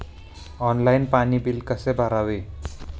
Online पाणी bill कसे भरावे?